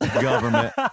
government